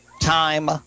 time